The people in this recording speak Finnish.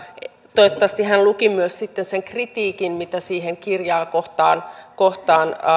toivottavasti hän luki myös sitten sen kritiikin mitä sitä kirjaa kohtaan kohtaan